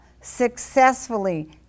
successfully